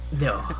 No